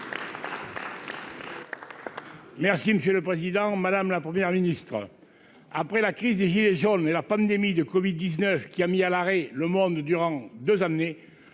Merci monsieur le Président Madame la première ministre après la crise des gilets jaunes et la pandémie de Covid 19 qui a mis à l'arrêt, le monde durant 2 amené